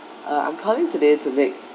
uh I'm calling today to make